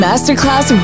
Masterclass